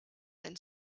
than